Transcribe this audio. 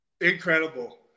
Incredible